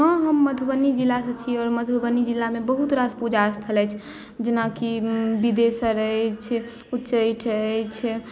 हँ हम मधुबनी जिलाके छी आओर मधुबनी जिलामे बहुत रास पूजा स्थल अछि जेनाकि विदेश्वर अछि उच्चैठ अछि